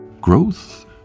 Growth